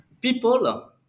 people